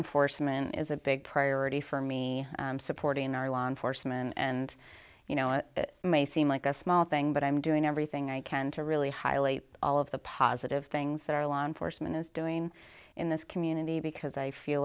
enforcement is a big priority for me supporting our law enforcement and you know it may seem like a small thing but i'm doing everything i can to really highly all of the positive things that our law enforcement is doing in this community because i feel